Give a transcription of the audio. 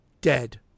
dead